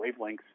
wavelengths